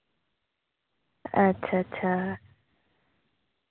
अच्छा अच्छा